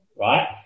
Right